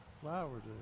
flowers